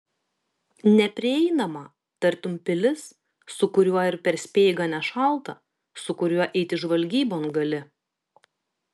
neprieinamą tartum pilis su kuriuo ir per speigą nešalta su kuriuo eiti žvalgybon gali